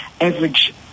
average